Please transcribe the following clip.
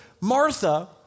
Martha